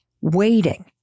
waiting